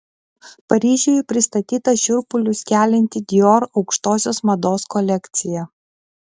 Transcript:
paryžiuje pristatyta šiurpulius kelianti dior aukštosios mados kolekcija